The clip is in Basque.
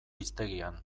hiztegian